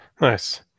Nice